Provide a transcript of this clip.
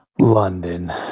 London